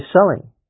selling